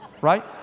right